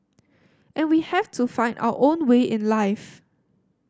and we have to find our own way in life